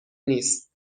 نیست